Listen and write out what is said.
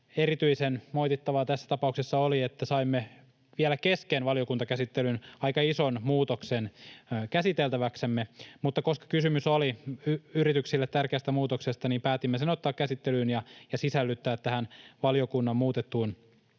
erityisen moitittavaa tässä tapauksessa oli, että saimme vielä kesken valiokuntakäsittelyn aika ison muutoksen käsiteltäväksemme, mutta koska kysymys oli yrityksille tärkeästä muutoksesta, niin päätimme sen ottaa käsittelyyn ja sisällyttää tähän valiokunnan muutettuun